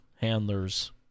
handlers